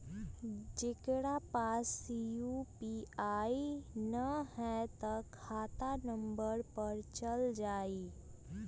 जेकरा पास यू.पी.आई न है त खाता नं पर चल जाह ई?